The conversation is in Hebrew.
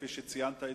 כפי שציינת,